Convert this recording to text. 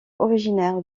originaire